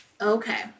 Okay